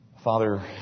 Father